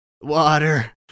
water